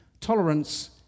tolerance